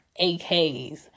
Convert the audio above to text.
AKs